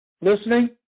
listening